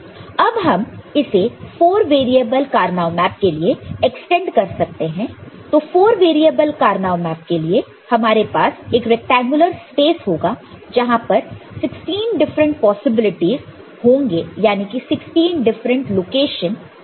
अब हम इसे 4 वेरिएबल कार्नो मैप के लिए एक्सटेंड कर सकते हैं तो 4 वेरिएबल कार्नो मैप के लिए हमारे पास एक रैक्टेंगुलर स्पेस होगा जहां पर 16 डिफरेंट पॉसिबिलिटीज होंगे याने की 16 डिफरेंट लोकेशन होंगे